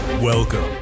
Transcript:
Welcome